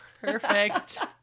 Perfect